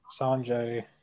sanjay